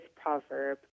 proverb